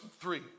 three